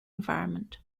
environment